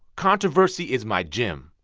controversy is my gym.